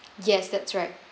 yes that's right